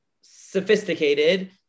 sophisticated